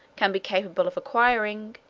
can be capable of acquiring,